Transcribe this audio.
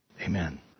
Amen